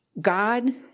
God